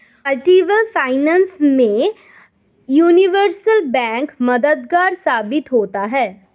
multilevel finance में universal bank मददगार साबित होता है